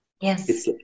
Yes